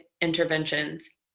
interventions